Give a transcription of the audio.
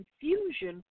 confusion